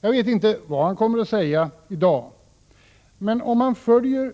Jag vet inte vad han kommer att säga i dag, men om han följer